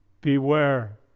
Beware